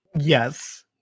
Yes